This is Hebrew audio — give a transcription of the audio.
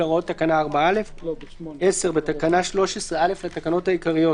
להוראות תקנה 4(א) .״ 10. בתקנה 13(א) לתקנות העיקריות